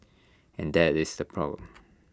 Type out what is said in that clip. and that is the problem